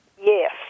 Yes